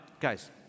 guys